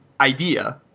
idea